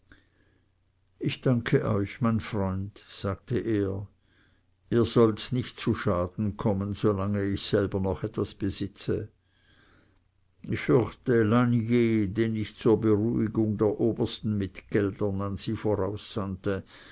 ich danke euch mein freund sagte er ihr sollt nicht zu schaden kommen solange ich selber noch etwas besitze ich fürchte lasnier den ich zur beruhigung der obersten mit geldern an sie